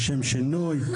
לשם שינוי,